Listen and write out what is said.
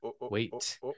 wait